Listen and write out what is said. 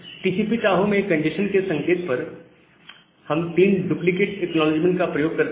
TCP Tahoe में congestion के संकेत के तौर पर हम 3 डुप्लीकेट एक्नॉलेजमेंट का प्रयोग करते हैं